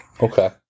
Okay